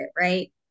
right